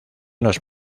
nos